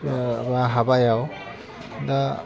बा हाबायाव दा